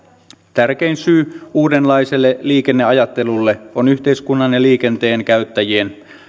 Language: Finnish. tärkein syy uudenlaiselle liikenneajattelulle on yhteiskunnan ja liikenteen käyttäjien